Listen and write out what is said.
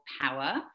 power